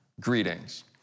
greetings